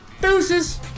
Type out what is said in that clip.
Deuces